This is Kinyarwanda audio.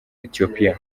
ethiopia